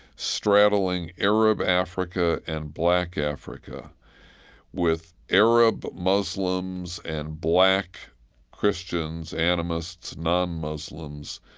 straddling arab africa and black africa with arab muslims and black christians, animists, non-muslims,